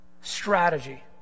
strategy